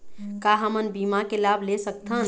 का हमन बीमा के लाभ ले सकथन?